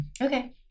okay